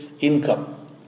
income